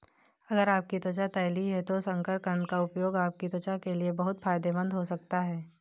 अगर आपकी त्वचा तैलीय है तो शकरकंद का उपयोग आपकी त्वचा के लिए बहुत फायदेमंद हो सकता है